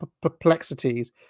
perplexities